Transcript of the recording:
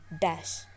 dash